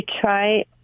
try